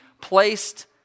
placed